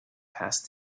past